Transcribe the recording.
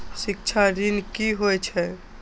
शिक्षा ऋण की होय छै?